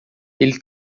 ele